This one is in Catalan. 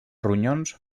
ronyons